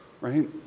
right